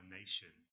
nation